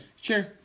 Sure